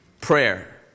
Prayer